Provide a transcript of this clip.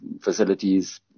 facilities